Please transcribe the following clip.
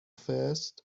first